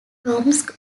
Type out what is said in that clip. tomsk